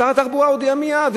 שר התחבורה הודיע מייד,